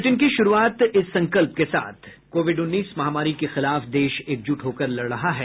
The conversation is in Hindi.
बुलेटिन की शुरूआत से पहले ये संकल्प कोविड उन्नीस महामारी के खिलाफ देश एकजुट होकर लड़ रहा है